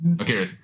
Okay